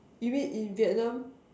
you mean in Vietnam